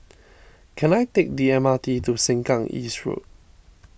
can I take the M R T to Sengkang East Road